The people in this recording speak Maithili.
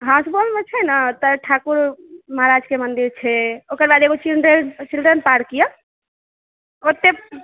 हँ सुपौलमे छै ने तऽ ठाकुर महाराजके मन्दिर छै ओकर बाद एगो चिल्ड्रन पार्क यऽ ओतऽ